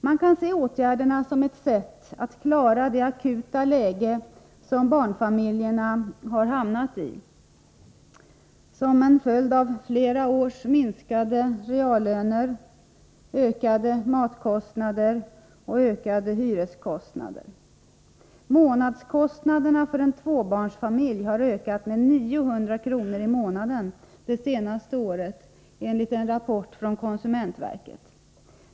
Man kan se åtgärderna som ett sätt att klara det akuta läge barnfamiljerna har hamnat i som en följd av flera års minskade reallöner, ökade matkostna der och ökade hyreskostnader. Månadskostnaderna för en tvåbarnsfamilj har ökat med 900 kr. det senaste året enligt en rapport från konsumentverket.